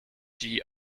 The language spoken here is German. die